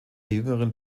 jüngeren